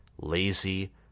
lazy